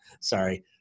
sorry